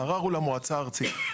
הערר הוא למועצה הארצית.